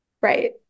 right